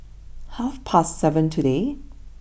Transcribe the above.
half past seven today